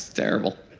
terrible